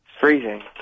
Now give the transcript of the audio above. Freezing